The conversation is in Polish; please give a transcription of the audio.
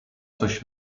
coś